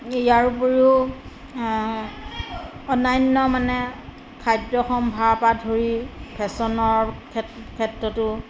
ইয়াৰ উপৰিও অন্যান্য মানে খাদ্য সম্ভাৰৰ পৰা ধৰি ফেশ্বনৰ ক্ষেত্ৰ ক্ষেত্ৰতো